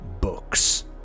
books